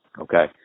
Okay